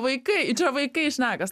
vaikai čia vaikai šnekas